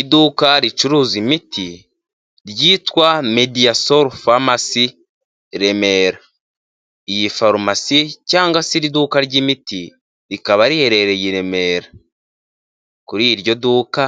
Iduka ricuruza imiti, ryitwa Mediya soru famasi, Remera. Iyi farumasi cyangwa se iri duka ry'imiti rikaba riherereye i Remera. Kuri iryo duka